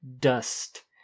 dust